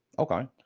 okay,